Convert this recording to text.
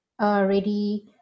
already